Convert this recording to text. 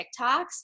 TikToks